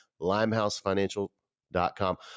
limehousefinancial.com